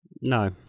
No